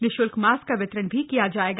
निःशुल्क मास्क का वितरण भी किया जाएगा